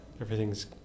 Everything's